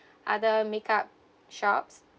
other makeup shops